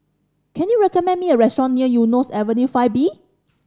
can you recommend me a restaurant near Eunos Avenue Five B